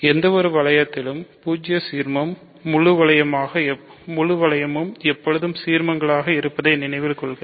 எந்த வளையத்திலும் பூஜ்ஜிய சீர்மமும் முழு வளையமும் எப்போதும் சீர்மங்களாக இருப்பதை நினைவில் கொள்க